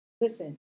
listen